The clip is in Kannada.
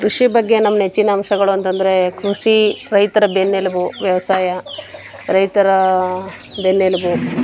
ಕೃಷಿ ಬಗ್ಗೆ ನಮ್ಮ ನೆಚ್ಚಿನ ಅಂಶಗಳು ಅಂತಂದರೆ ಕೃಷಿ ರೈತರ ಬೆನ್ನೆಲುಬು ವ್ಯವಸಾಯ ರೈತರ ಬೆನ್ನೆಲುಬು